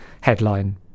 headline